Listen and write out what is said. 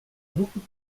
beaucoup